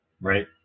right